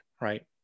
right